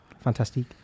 fantastic